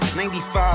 95